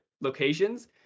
locations